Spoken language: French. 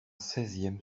seizième